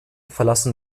verlassen